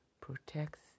protects